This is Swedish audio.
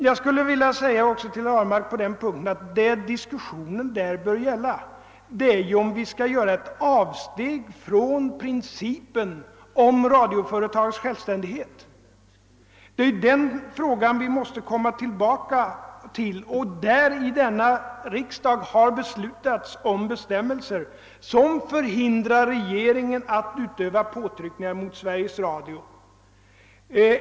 På den punkten vill jag också säga till herr Ahlmark att vad diskussionen bör gälla är om vi skall göra ett avsteg från principen om radioföretagets självständighet. Det är den frågan vi måste komma tillbaka till. Här i riksdagen har beslutats om bestämmelser som förhindrar regeringen att utöva påtryckningar mot Sveriges Radio.